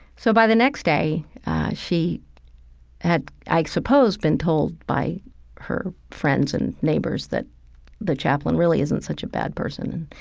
so by the next day she had, i suppose, been told by her friends and neighbors that the chaplain really isn't such a bad person.